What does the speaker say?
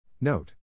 Note